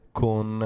con